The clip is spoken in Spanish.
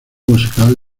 musical